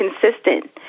consistent